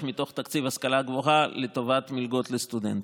מתוך תקציב ההשכלה הגבוהה לטובת מלגות לסטודנטים.